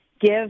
give